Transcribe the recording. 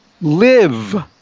Live